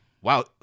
Wow